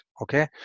okay